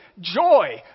joy